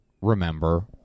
remember